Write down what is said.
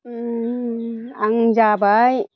आं जाबाय